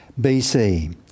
BC